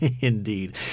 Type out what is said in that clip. indeed